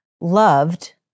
loved